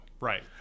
Right